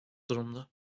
durumda